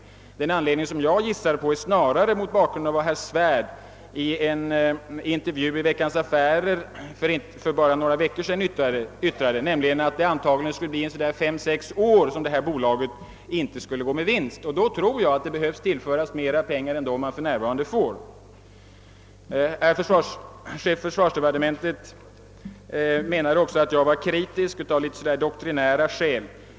Men mot bakgrund av vad herr Svärd yttrade i en intervju i tidningen Veckans Affärer för bara några veckor sedan är den anledning som jag gissar på snarare, att bolaget inte går med vinst på fem, sex år och därför behöver tillföras mera pengar än det nu får. Slutligen menade också försvarsministern att jag var kritisk av doktrinära skäl.